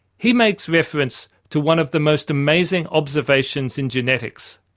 he makes reference to one of the most amazing observations in genetics,